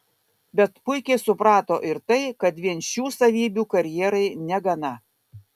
bet puikiai suprato ir tai kad vien šių savybių karjerai negana